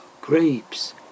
grapes